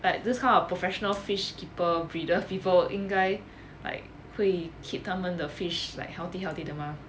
like this kind of professional fish keeper breeder fever 应该 like 会 keep 他们的 fish like healthy healthy 的 mah